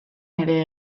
ere